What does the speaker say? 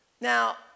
Now